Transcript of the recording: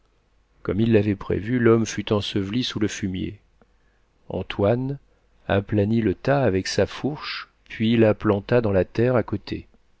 comme il l'avait prévu l'homme fut enseveli sous le fumier antoine aplanit le tas avec sa fourche puis la planta dans la terre à côté